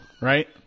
right